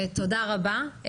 תודה רבה.